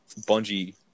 Bungie